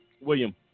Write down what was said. William